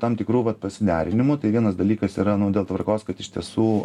tam tikrų vat pasiderinimų tai vienas dalykas yra nu dėl tvarkos kad iš tiesų